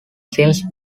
since